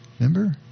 Remember